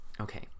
Okay